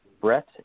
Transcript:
Brett